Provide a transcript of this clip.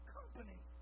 company